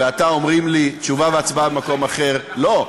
ואתה אומרים לי "תשובה והצבעה במקום אחר" לא,